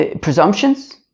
Presumptions